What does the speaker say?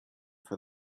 for